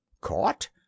Caught